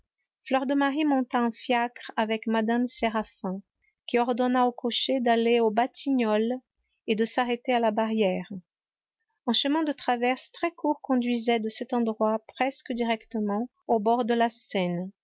fleur de marie monta en fiacre avec mme séraphin qui ordonna au cocher d'aller aux batignolles et de s'arrêter à la barrière un chemin de traverse très court conduisait de cet endroit presque directement au bord de la seine